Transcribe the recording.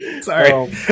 sorry